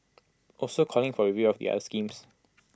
also calling for A review of the schemes